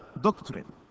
doctrine